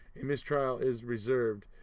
a mistrial is reserved,